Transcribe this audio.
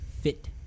fit